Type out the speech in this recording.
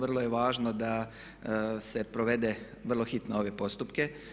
Vrlo je važno da se provede vrlo hitno ove postupke.